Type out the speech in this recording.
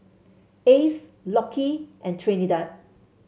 Ace Lockie and Trinidad